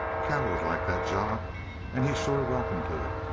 cal would like that job and he's sure welcome to it.